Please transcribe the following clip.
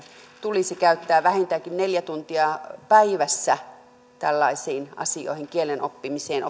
tulisi käyttää vähintäänkin neljä tuntia päivässä tällaisiin asioihin kielen oppimiseen